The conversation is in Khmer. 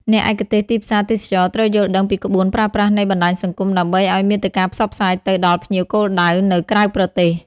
អ្នកឯកទេសទីផ្សារទេសចរណ៍ត្រូវយល់ដឹងពីក្បួនប្រើប្រាស់នៃបណ្តាញសង្គម ដើម្បីឱ្យមាតិកាផ្សព្វផ្សាយទៅដល់ភ្ញៀវគោលដៅនៅក្រៅប្រទេស។